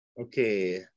Okay